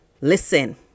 listen